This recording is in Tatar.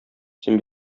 син